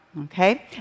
Okay